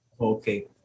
Okay